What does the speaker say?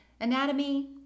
Anatomy